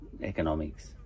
Economics